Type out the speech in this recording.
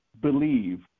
Believe